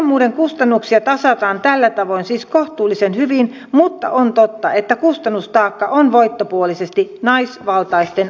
vanhemmuuden kustannuksia tasataan tällä tavoin siis kohtuullisen hyvin mutta on totta että kustannustaakka on voittopuolisesti naisvaltaisten alojen harteilla